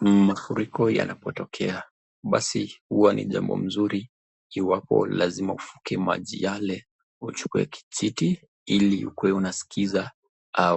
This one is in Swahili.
Mafuriko yanapotokea, basi huwa ni jambo mzuri iwapo lazima uvuke maji yale uchukue kijiti ili ukue unaskiza